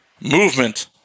movement